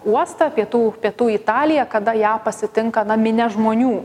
uostą pietų pietų italiją kada ją pasitinka na minia žmonių